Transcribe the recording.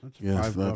Yes